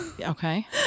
Okay